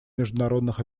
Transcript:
международных